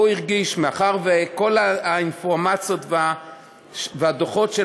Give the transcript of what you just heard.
מאחר שכל האינפורמציות והדוחות של